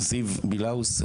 זיו בילאוס,